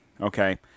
okay